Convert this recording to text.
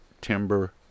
Timber